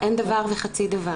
אין דבר וחצי דבר.